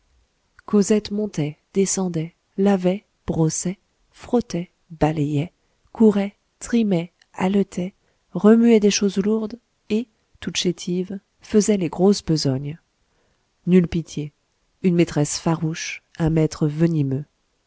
cosette montait descendait lavait brossait frottait balayait courait trimait haletait remuait des choses lourdes et toute chétive faisait les grosses besognes nulle pitié une maîtresse farouche un maître venimeux